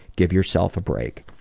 give yourself a break.